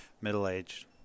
middle-aged